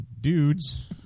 dudes